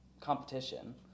competition